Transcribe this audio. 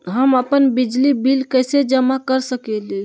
हम अपन बिजली बिल कैसे जमा कर सकेली?